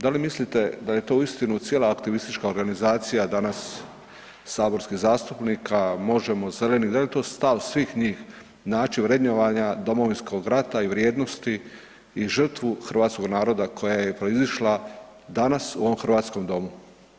Da li mislite da je to uistinu cijela aktivistička organizacija danas, saborski zastupnika Možemo, zeleni, da li je to stav svih njih, način vrednovanja Domovinskog rata i vrijednosti i žrtvu hrvatskog naroda koja je proizišla danas u ovom hrvatskom domu?